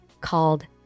Called